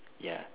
ya